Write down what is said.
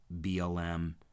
BLM